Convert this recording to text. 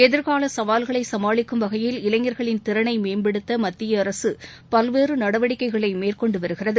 எதிர்கால சவால்களை சமாளிக்கும் வகையில் இளைஞர்களின் திறனை மேம்படுத்த மத்திய அரசு பல்வேறு நடவடிக்கைகளை மேற்கொண்டு வருகிறது